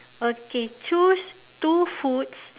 okay choose two foods